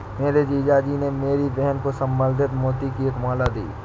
मेरे जीजा जी ने मेरी बहन को संवर्धित मोती की एक माला दी है